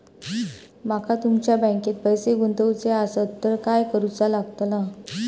माका तुमच्या बँकेत पैसे गुंतवूचे आसत तर काय कारुचा लगतला?